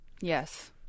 Yes